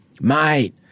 mate